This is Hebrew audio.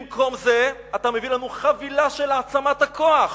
במקום זה אתה מביא לנו חבילה של העצמת הכוח.